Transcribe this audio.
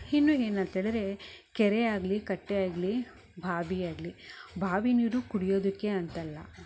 ಇನ್ನು ಏನು ಅಂತೇಳಿದರೆ ಕೆರೆ ಆಗಲಿ ಕಟ್ಟೆ ಆಗಲಿ ಬಾವಿ ಆಗಲಿ ಬಾವಿ ನೀರು ಕುಡಿಯೋದಕ್ಕೆ ಅಂತಲ್ಲ